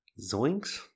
Zoinks